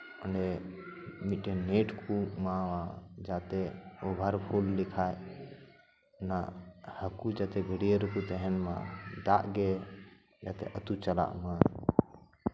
ᱚᱸᱰᱮ ᱢᱤᱫᱴᱟᱱ ᱱᱮᱴ ᱮᱢᱟᱣᱟᱜᱼᱟ ᱡᱟᱛᱮ ᱚᱵᱷᱟᱨ ᱯᱷᱩᱞ ᱞᱮᱠᱷᱟᱡ ᱚᱱᱟ ᱦᱟᱹᱠᱩ ᱡᱟᱛᱮ ᱜᱟᱹᱰᱭᱟᱹ ᱨᱮᱠᱚ ᱛᱟᱦᱮᱱ ᱢᱟ ᱫᱟᱜ ᱜᱮ ᱟᱹᱛᱩ ᱪᱟᱞᱟᱜ ᱢᱟ